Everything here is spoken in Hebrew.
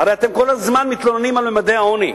הרי אתם כל הזמן מתלוננים על ממדי העוני,